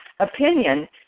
Opinion